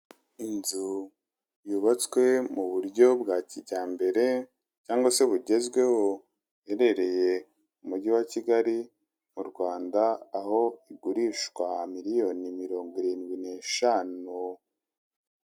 Inzu yubaswe muburyo bwakijyambere cyangwa se bugezweho iherereye mumujyi wa Kigali mu Rwanda aho igurishwa miliyoni mirongo irindwi n'eshanu.